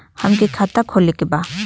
हमके खाता खोले के बा?